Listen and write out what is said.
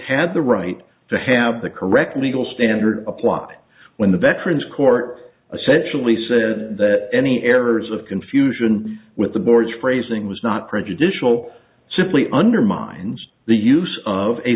had the right to have the correct legal standard applied when the veterans court especially said that any errors of confusion with the board's phrasing was not prejudicial simply undermines the use of a